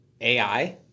AI